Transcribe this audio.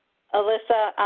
alissa,